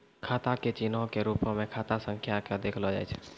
खाता के चिन्हो के रुपो मे खाता संख्या के देखलो जाय छै